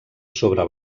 sobre